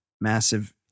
massive